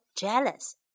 jealous